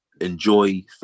enjoy